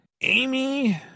Amy